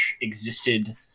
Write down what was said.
existed